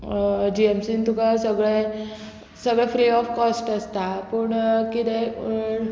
जीएमसीन तुका सगळे सगळे फ्री ऑफ कॉस्ट आसता पूण किदें